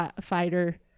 fighter